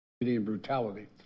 ...brutality